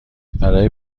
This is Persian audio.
برای